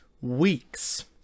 weeks